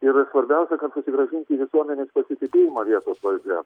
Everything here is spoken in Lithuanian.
ir svarbiausia kad susigrąžinti visuomenės pasitikėjimą vietos valdžia